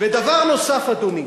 ודבר נוסף, אדוני,